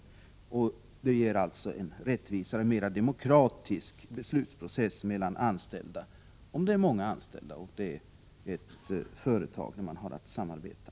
Kooperativet ger alltså en rättvisare och mer demokratisk beslutsprocess mellan anställda, om det är många anställda och det är ett företag där man har att samarbeta.